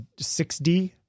6d